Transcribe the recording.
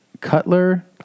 Cutler